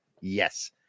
Yes